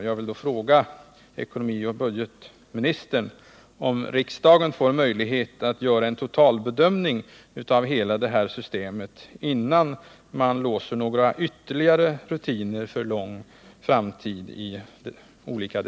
Jag vill därför fråga ekonomioch budgetministern om riksdagen får möjlighet att göra en total bedömning av hela det här systemet, innan man i olika detaljfrågor låser några ytterligare rutiner för lång tid?